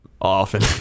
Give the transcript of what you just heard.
often